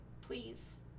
please